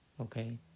Okay